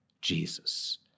Jesus